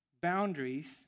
boundaries